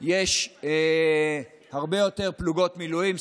יש הרבה יותר פלוגות מילואים,